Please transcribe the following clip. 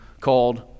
called